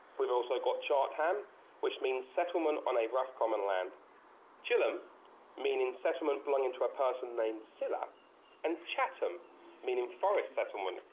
we've also got chartham which means settlement on a rough common land chilham meaning settlement belonging to a person named cella and chatham meaning forest settlement